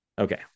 Okay